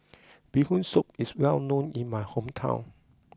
Bee Hoon Soup is well known in my hometown